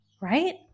Right